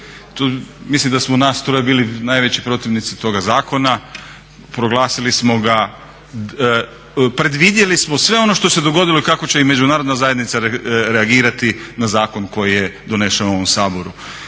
mislim da smo nas troje bili najveći protivnici toga zakona, proglasili smo ga, predvidjeli smo sve ono što se dogodilo kako će i Međunarodna zajednica reagirati na zakon koji je donesen u ovom Saboru.